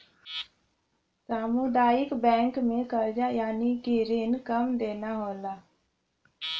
सामुदायिक बैंक में करजा यानि की रिण कम देना होला